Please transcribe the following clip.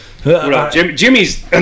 Jimmy's